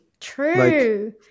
True